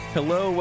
Hello